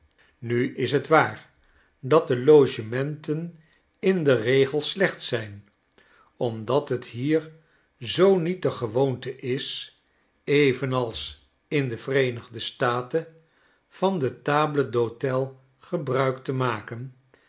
nu is t waar dat de logementen in den regel slecht zijn omdat het hier zoo niet de gewoonte is evenals in de vereenigde staten van de table d'hote gebruik te maken